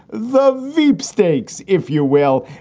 the veep stakes, if you will,